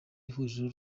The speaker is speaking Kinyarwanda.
ihuriro